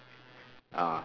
ah